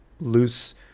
loose